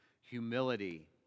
humility